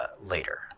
later